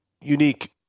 unique